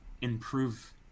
improve